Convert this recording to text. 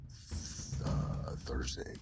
Thursday